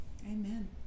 Amen